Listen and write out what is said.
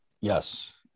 Yes